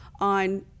on